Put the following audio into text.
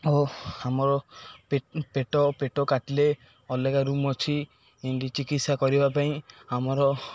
ଓ ଆମର ପେଟ ପେଟ କାଟିଲେ ଅଲଗା ରୁମ୍ ଅଛି ଇନ୍ତି ଚିକିତ୍ସା କରିବା ପାଇଁ ଆମର